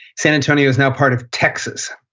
san antonio's now part of texas.